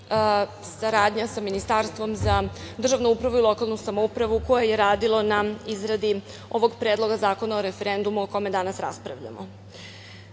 saradnja sa Ministarstvom za državnu upravu i lokalnu samoupravu, koja je radilo na izradi ovog Predloga zakona o referendumu o kome danas raspravljamo. Ustav